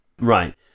Right